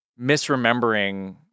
misremembering